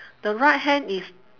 the right hand is